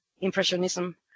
impressionism